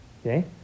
Okay